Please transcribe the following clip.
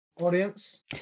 audience